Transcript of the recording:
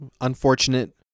unfortunate